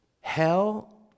Hell